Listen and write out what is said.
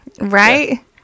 right